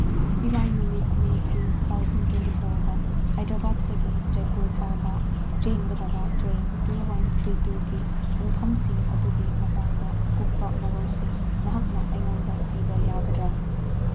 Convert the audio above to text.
ꯏꯔꯥꯏ ꯅꯨꯃꯤꯠ May three two thousand twenty ꯐꯣꯔꯗ ꯍꯥꯏꯗ꯭ꯔꯕꯥꯠꯇꯒꯤ ꯖꯩꯄꯨꯔ ꯐꯥꯎꯕ ꯆꯦꯟꯒꯗꯕ ꯇ꯭ꯔꯦꯟ ꯇꯨ ꯋꯥꯟ ꯊ꯭ꯔꯤ ꯇꯨꯒꯤ ꯄꯨꯡꯐꯝꯁꯤꯡ ꯑꯗꯨꯒꯤ ꯃꯇꯥꯡꯗ ꯑꯀꯨꯞꯄ ꯃꯔꯣꯜꯁꯤꯡ ꯅꯍꯥꯛꯅ ꯑꯩꯉꯣꯟꯗ ꯄꯤꯕ ꯌꯥꯒꯗ꯭ꯔꯥ